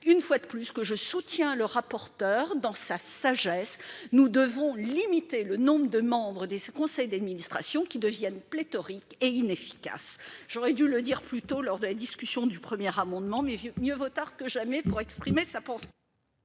une fois de plus, que je soutiens le rapporteur dans sa sagesse, nous devons limiter le nombre de membres de ce conseil d'administration qui deviennent pléthoriques et inefficaces, j'aurais dû le dire plus tôt lors de la discussion du 1er amendement mais mieux vaut tard que jamais, pour exprimer sa pensée.